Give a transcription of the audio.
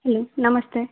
hello ನಮಸ್ತೇ